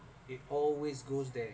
it always goes there